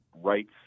rights